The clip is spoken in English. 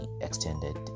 extended